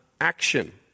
action